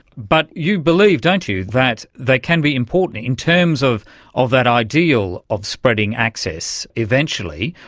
but you believe, don't you, that they can be important in terms of of that ideal of spreading access eventually.